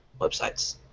websites